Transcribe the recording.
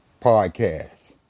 podcast